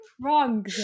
Wrong